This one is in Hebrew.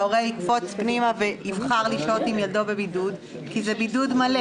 ההורה יקפוץ פנימה ויבחר לשהות עם ילדו בבידוד כי זה בידוד מלא.